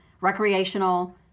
recreational